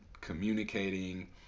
communicating